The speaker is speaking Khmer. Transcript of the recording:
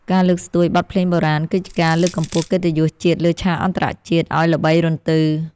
ការលើកស្ទួយបទភ្លេងបុរាណ គឺជាការលើកកម្ពស់កិត្តិយសជាតិលើឆាកអន្តរជាតិឱ្យល្បីរន្ធឺ។